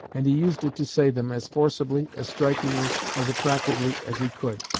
and he used it to say them, as forcibly, as strikingly, as attractively as he could.